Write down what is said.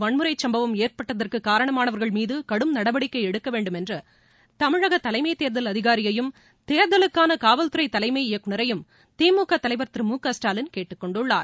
வன்முறை சம்பவம் ஏற்பட்டதற்கு காரணமானவர்கள் மீது கடும் நடவடிக்கை எடுக்க வேண்டும் என்று தமிழக தலைமைத் தேர்தல் அதிகாரியையும் தேர்தலுக்கான காவல்துறை தலைமை இயக்குனரயும் திமுக தலைவர் திரு மு க ஸ்டாலின் கேட்டுக் கொண்டுள்ளார்